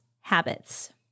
habits